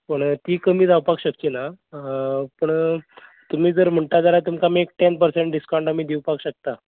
पूण तीं कमी जावपाक शकचिना पूण तुमी जर म्हणटा जाल्यार तुमकां आमी एक टेन पर्संट डिस्कावन्ट आमी दिवपाक शकता